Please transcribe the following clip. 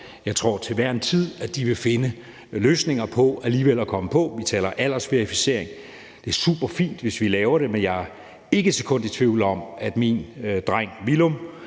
Jeg tror til hver en tid, at de vil finde løsninger til alligevel at komme på. Når vi taler aldersverificering, er det superfint, hvis vi laver det, men jeg er ikke et sekund i tvivl om, at min dreng, Villum,